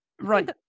Right